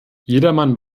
jedermann